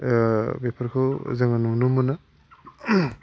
बेफोरखौ जों नुनो मोनो